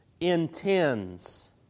intends